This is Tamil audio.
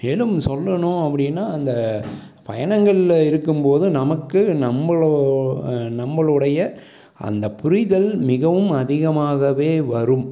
மேலும் சொல்லணும் அப்படின்னா அந்த பயணங்களில் இருக்கும் போது நமக்கு நம்மளோ நம்மளுடைய அந்த புரிதல் மிகவும் அதிகமாகவே வரும்